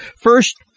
First